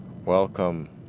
Welcome